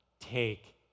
take